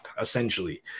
essentially